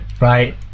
Right